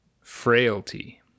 Frailty